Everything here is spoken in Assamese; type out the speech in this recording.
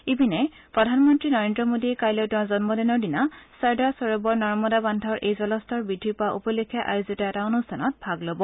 ইপিনে প্ৰধানমন্ত্ৰী নৰেন্দ্ৰ মোদীয়ে কাইলৈ তেওঁৰ জন্মদিনৰ দিনা চৰ্দাৰ সৰোবৰ নৰ্মদা বান্ধৰ এই জলস্তৰ বৃদ্ধি পোৱা উপলক্ষে আয়োজিত অনুষ্ঠানত ভাগ লব